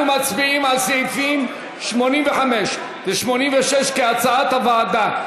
אנחנו מצביעים על סעיפים 85 ו-86, כהצעת הוועדה.